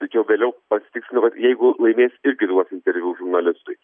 tačiau vėliau pasitikslino kad jeigu laimės irgi duos interviu žurnalistui